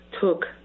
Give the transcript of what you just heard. took